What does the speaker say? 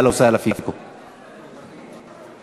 אהלן